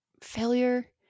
failure